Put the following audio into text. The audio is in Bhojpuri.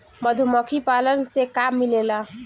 मधुमखी पालन से का मिलेला?